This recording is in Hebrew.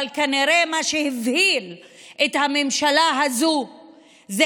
אבל כנראה מה שהבהיל את הממשלה הזאת זה